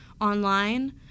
online